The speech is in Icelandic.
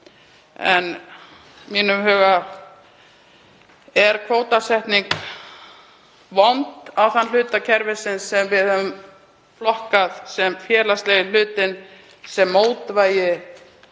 En í mínum huga er kvótasetning vond á þann hluta kerfisins sem við höfum flokkað sem félagslega hlutann sem mótvægi